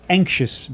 anxious